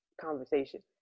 conversation